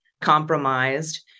Compromised